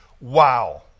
Wow